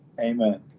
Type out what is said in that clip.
Amen